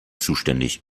zuständig